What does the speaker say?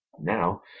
now